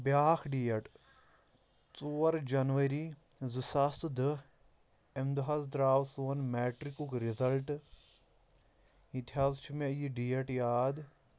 بیٛاکھ ڈیٹ ژور جَنؤری زٕ ساس تہٕ دَہ اَمہِ دۄہ حظ درٛاو سون میٹرِکُک رِزَلٹ یِتہِ حظ چھُ مےٚ یہِ ڈیٹ یاد